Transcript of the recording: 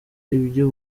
ibyo